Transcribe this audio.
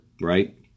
Right